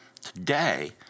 Today